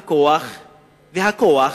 כוח וכוח,